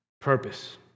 purpose